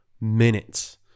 minutes